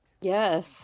yes